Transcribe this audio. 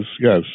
yes